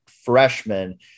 freshman